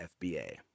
fba